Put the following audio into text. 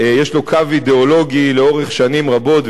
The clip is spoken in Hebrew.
יש לו קו אידיאולוגי לאורך שנים רבות,